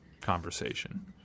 conversation